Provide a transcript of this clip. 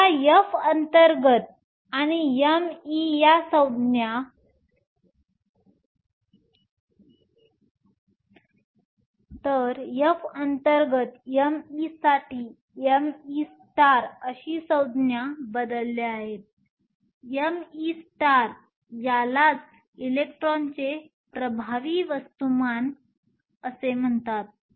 तर या F अंतर्गत m e साठी me अशी संज्ञा बदलल्या आहेत me यालाच इलेक्ट्रॉनचे प्रभावी वस्तुमान म्हणतात